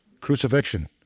Crucifixion